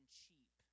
cheap